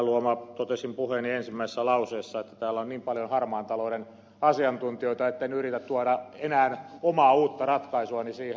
heinäluoma totesin puheeni ensimmäisessä lauseessa että täällä on niin paljon harmaan talouden asiantuntijoita etten yritä tuoda enää omaa uutta ratkaisuani siihen